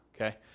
Okay